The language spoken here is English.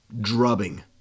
drubbing